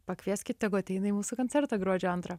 pakvieskit tegu ateina į mūsų koncertą gruodžio antrą